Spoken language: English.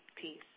Peace